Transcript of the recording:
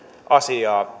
asiaa